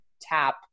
tap